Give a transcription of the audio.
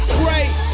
great